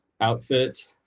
outfit